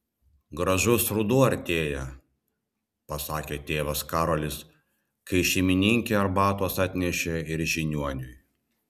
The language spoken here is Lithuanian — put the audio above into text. gražus ruduo artėja pasakė tėvas karolis kai šeimininkė arbatos atnešė ir žiniuoniui